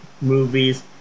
movies